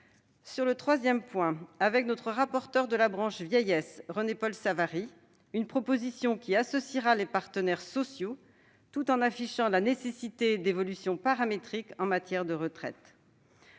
Le troisième consiste à avancer, avec notre rapporteur de la branche vieillesse, René-Paul Savary, une proposition qui associera les partenaires sociaux tout en affichant la nécessité d'évolutions paramétriques en matière de retraite.